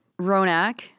Ronak